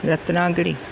Ratnagiri